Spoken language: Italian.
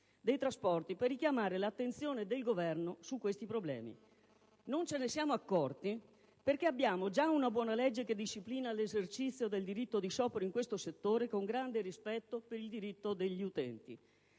dei trasporti per richiamare l'attenzione del Governo su questi problemi. Non ce ne siamo accorti perché abbiamo già una buona legge che disciplina l'esercizio del diritto di sciopero in questo settore con grande rispetto per i diritti degli utenti.